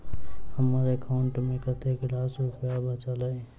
हम्मर एकाउंट मे कतेक रास रुपया बाचल अई?